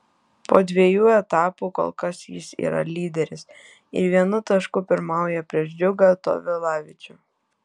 po dviejų etapų kol kas jis yra lyderis ir vienu tašku pirmauja prieš džiugą tovilavičių